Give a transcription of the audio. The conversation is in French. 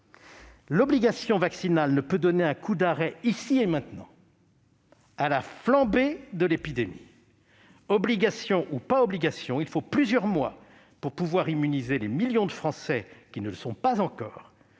L'obligation vaccinale ne peut en effet donner un coup d'arrêt, ici et maintenant, à la flambée actuelle de l'épidémie. Obligation ou pas obligation, il faut plusieurs mois pour immuniser les millions de Français qui ne le sont pas encore.